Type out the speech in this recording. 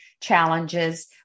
challenges